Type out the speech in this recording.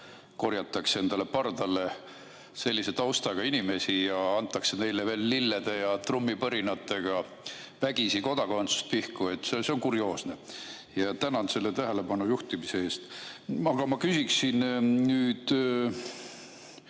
korjatakse endale pardale sellise taustaga inimesi ja antakse neile veel lillede ja trummipõrinatega vägisi kodakondsus pihku. See on kurioosne. Ja tänan sellele tähelepanu juhtimise eest. Aga ma küsiksin nüüd